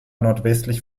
nordwestlich